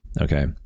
Okay